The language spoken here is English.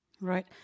Right